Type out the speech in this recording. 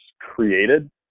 created